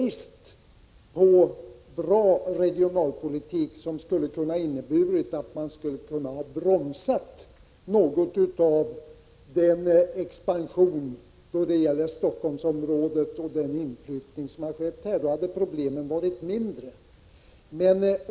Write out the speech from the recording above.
En bra regionalpolitik hade inneburit att man bromsat något av expansionen i Stockholmsområdet och inflyttningen här. Då hade problemen varit mindre.